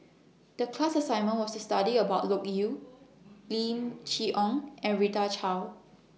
The class assignment was to study about Loke Yew Lim Chee Onn and Rita Chao